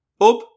Up